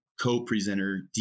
co-presenter